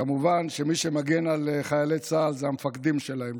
כמובן שמי שמגן על חיילי צה"ל זה המפקדים שלהם,